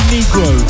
Negro